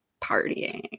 partying